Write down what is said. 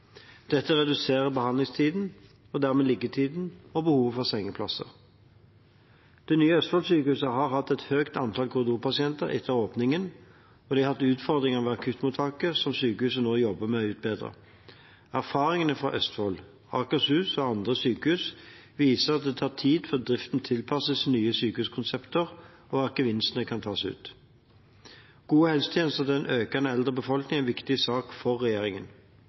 Dette reduserer behandlingstiden og dermed liggetiden og behovet for sengeplasser. Det nye Østfold-sykehuset har hatt et høyt antall korridorpasienter etter åpningen, og de har hatt utfordringer ved akuttmottaket som sykehuset nå jobber med å utbedre. Erfaringene fra Østfold, Akershus og andre sykehus viser at det tar tid før driften tilpasses nye sykehuskonsepter og gevinstene kan tas ut. Gode helsetjenester til en økende eldre befolkning er en viktig sak for regjeringen.